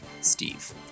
Steve